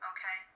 Okay